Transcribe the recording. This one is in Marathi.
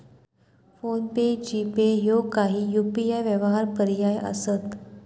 फोन पे, जी.पे ह्यो काही यू.पी.आय व्यवहार पर्याय असत